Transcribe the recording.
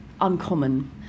uncommon